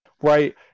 Right